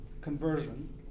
conversion